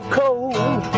cold